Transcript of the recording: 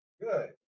Good